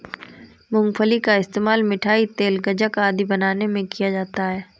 मूंगफली का इस्तेमाल मिठाई, तेल, गज्जक आदि बनाने में किया जाता है